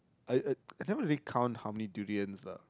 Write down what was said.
I I I never really count how many durians lah